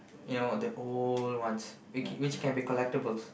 ya all the old ones which can be collectibles